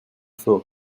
feu